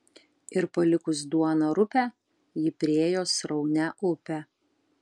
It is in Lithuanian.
ir palikus duoną rupią ji priėjo sraunią upę